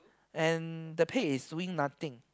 and the pig is doing nothing